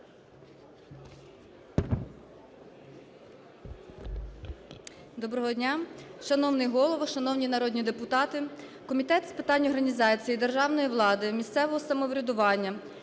Доброго дня! Шановний Голово, шановні народні депутати, Комітет з питань організації державної влади, місцевого самоврядування,